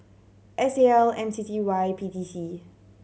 S A L M C C Y P T C